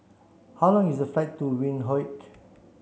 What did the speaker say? how long is the flight to Windhoek